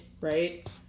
right